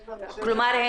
כלומר,